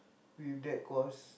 with that cost